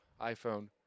iPhone